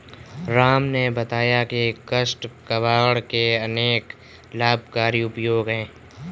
राम ने बताया की काष्ठ कबाड़ के अनेक लाभकारी उपयोग हैं